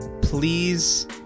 please